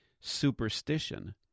superstition